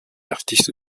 artiste